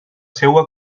seua